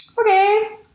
okay